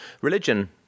religion